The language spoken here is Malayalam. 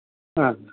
ആ